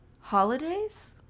holidays